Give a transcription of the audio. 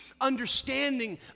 understanding